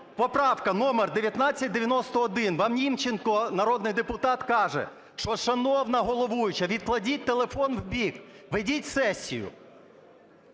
поправку номер 1991. Вам Німченко, народний депутат, каже, що, шановна головуюча, відкладіть телефон в бік, ведіть сесію.